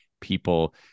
people